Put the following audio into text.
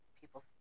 people